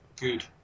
good